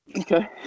Okay